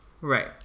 Right